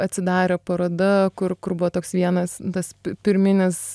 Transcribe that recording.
atsidarė paroda kur kur buvo toks vienas tas pirminis